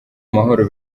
amahoro